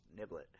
Niblet